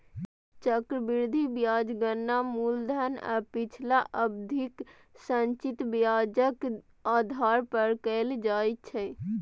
चक्रवृद्धि ब्याजक गणना मूलधन आ पिछला अवधिक संचित ब्याजक आधार पर कैल जाइ छै